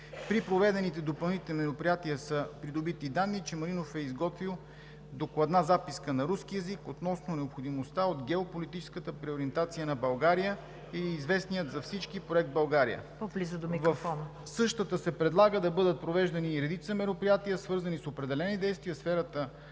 При проведените допълнителни мероприятия са придобити данни, че Малинов е изготвил докладна записка на руски език относно необходимостта от геополитическата преориентация на България и известния на всички Проект „България“. В същата се предлага да бъдат провеждани и редица мероприятия, свързани с определени действия в сферата